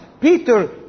Peter